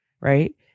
right